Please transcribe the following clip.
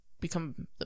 become